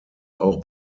auch